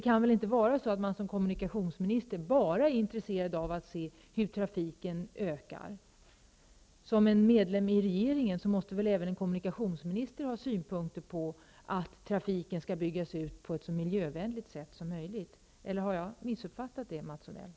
Man är väl som kommunikationsminister inte bara intresserad av att se hur omfattningen av trafiken ökar? Som en medlem i regeringen måste väl även en kommunikationsminister ha synpunkter på att trafiken byggs ut på ett så miljövänligt sätt som möjligt? Eller har jag missuppfattat det hela, Mats